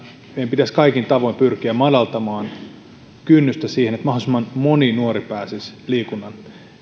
meidän pitäisi kaikin tavoin pyrkiä madaltamaan kynnystä siihen että mahdollisimman moni nuori pääsisi liikunnan